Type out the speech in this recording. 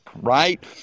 Right